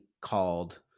called